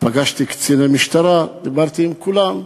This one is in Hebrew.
פגשתי קציני משטרה, דיברתי עם כולם,